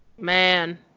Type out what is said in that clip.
man